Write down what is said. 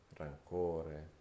rancore